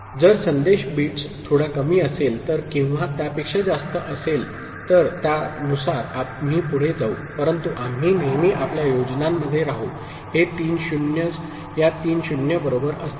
जर संदेश बिट्स थोडा कमी असेल तर किंवा त्यापेक्षा जास्त असेल तर त्यानुसार आम्ही पुढे जाऊ परंतु आम्ही नेहमी आपल्या योजनांमध्ये राहूहे तीन 0s या तीन 0s बरोबर असतील